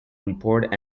report